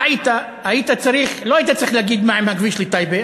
טעית, לא היית צריך להגיד: מה עם הכביש לטייבה?